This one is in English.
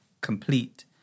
complete